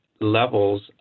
levels